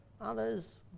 Others